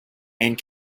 and